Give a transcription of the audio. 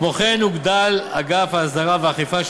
כמו כן הוגדל אגף ההסדרה והאכיפה של